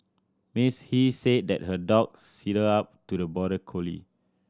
Miss He said that her dog sidled up to the border collie